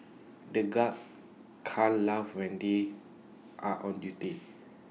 the guards can't laugh when they are on duty